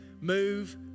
Move